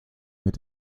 mit